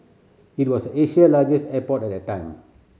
it was Asia largest airport at the time